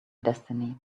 destiny